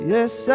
Yes